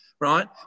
right